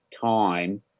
time